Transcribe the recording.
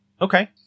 Okay